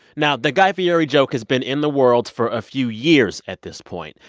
now, the guy fieri joke has been in the world for a few years at this point,